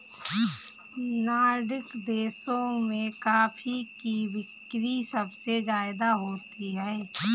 Nordic देशों में coffee की बिक्री सबसे ज्यादा होती है